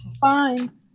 Fine